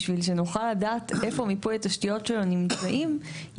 בשביל שנוכל לדעת איפה מיפוי התשתיות שלו נמצאים - היא